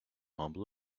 humble